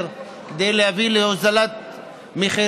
כדי להביא ליותר הוזלת מחירים.